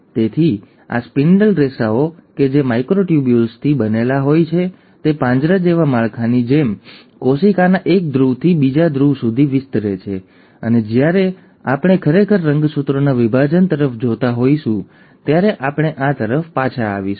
તેથી આ સ્પિન્ડલ રેસાઓ કે જે માઇક્રોટ્યુબ્યુલ્સથી બનેલા હોય છે તે પાંજરા જેવા માળખાની જેમ કોશિકાના એક ધ્રુવથી બીજા ધ્રુવ સુધી વિસ્તરે છે અને જ્યારે આપણે ખરેખર રંગસૂત્રોના વિભાજન તરફ જોતા હોઈશું ત્યારે આપણે આ તરફ પાછા આવીશું